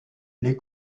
les